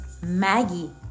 Maggie